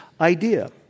idea